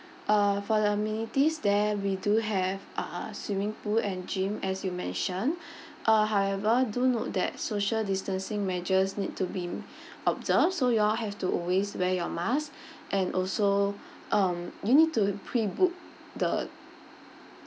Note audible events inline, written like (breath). uh for the amenities there we do have ah swimming pool and gym as you mention (breath) uh however do note that social distancing measures need to be (breath) observed so you all have to always wear your mask (breath) and also um you need to prebook the